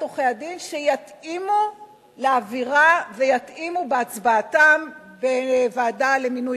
עורכי-הדין שיתאימו לאווירה ויתאימו בהצבעתם בוועדה למינוי